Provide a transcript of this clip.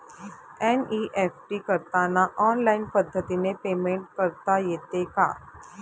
NEFT करताना online पद्धतीने payment करता येते का?